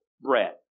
bread